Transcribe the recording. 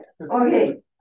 Okay